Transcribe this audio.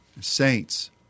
saints